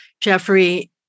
Jeffrey